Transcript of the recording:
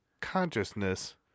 consciousness